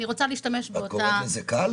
אני רוצה להשתמש באותה --- את קוראת לזה קל?